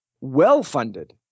well-funded